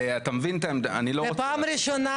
אתה מבין את העמדה --- זו פעם ראשונה